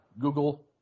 Google